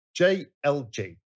JLG